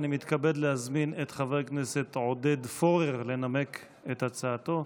אני מתכבד להזמין את חבר הכנסת עודד פורר לנמק את הצעתו.